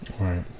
right